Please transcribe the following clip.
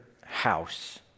house